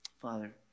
Father